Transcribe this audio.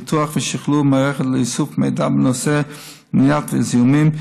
פיתוח ושכלול מערכות לאיסוף מידע בנושא מניעת זיהומים,